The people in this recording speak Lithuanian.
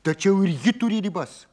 tačiau ir ji turi ribas